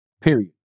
period